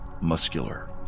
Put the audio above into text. muscular